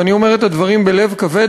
ואני אומר את הדברים בלב כבד,